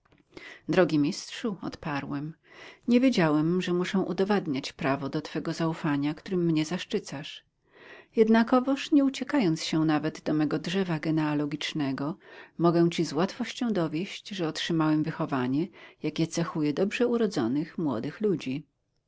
drogi mistrzu odparłem nie wiedziałem że muszę udowadniać prawo do twego zaufania którym mnie zaszczycasz jednakowoż nie uciekając się nawet do mego drzewa genealogicznego mogę ci z łatwością dowieść że otrzymałem wychowanie jakie cechuje dobrze urodzonych młodych ludzi